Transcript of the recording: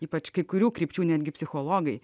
ypač kai kurių krypčių netgi psichologai